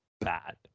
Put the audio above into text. bad